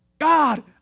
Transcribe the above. God